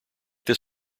this